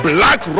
Black